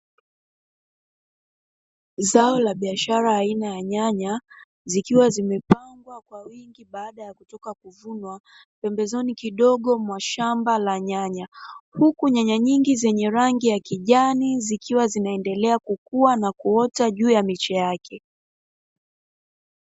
Zao la biashara aina ya nyaya zikiwa zimepangwa kwa wingi baada ya kutoka kuvunwa, pembezoni kidogo mwa shamba la nyaya huku nyanya nyingi zenye rangi ya kijani zikiwa zinaendelea kukua na kuota juu ya miche yake.